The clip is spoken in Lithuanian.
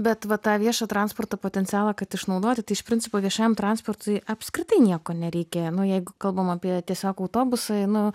bet va tą viešo transporto potencialą kad išnaudoti tai iš principo viešajam transportui apskritai nieko nereikia nu jeigu kalbam apie tiesiog autobusą nu